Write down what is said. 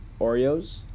Oreos